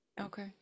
Okay